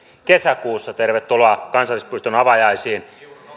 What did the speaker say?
kesäkuussa tervetuloa kansallispuiston avajaisiin